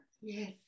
Yes